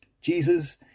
Jesus